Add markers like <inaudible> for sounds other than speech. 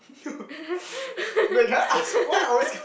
<laughs>